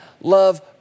love